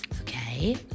Okay